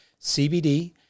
CBD